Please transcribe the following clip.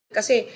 kasi